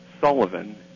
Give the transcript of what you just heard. Sullivan